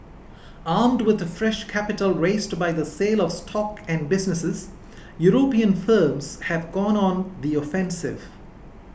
armed with fresh capital raised by the sale of stock and businesses European firms have gone on the offensive